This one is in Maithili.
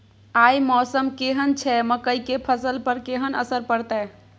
आय मौसम केहन छै मकई के फसल पर केहन असर परतै?